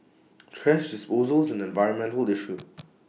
thrash disposal is an environmental issue